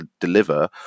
deliver